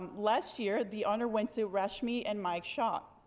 last year the honor went to rashmi and mike shah